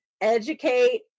Educate